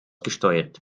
gesteuert